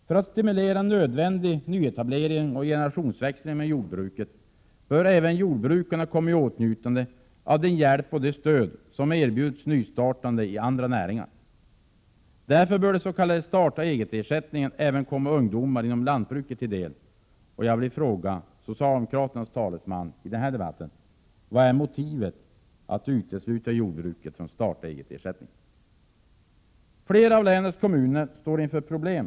För att stimulera en nödvändig nyetablering och generationsväxling inom jordbruket bör även jordbrukarna komma i åtnjutande av den hjälp och det stöd som erbjuds nystartande i andra näringar. Därför bör den s.k. starta-eget-ersättningen även komma ungdomar inom lantbruket till del. Jag vill fråga socialdemokraternas talesman i den här debatten: Vad är motivet till att utesluta jordbruket från starta-eget-ersättningen? Flera av länets kommuner står inför problem.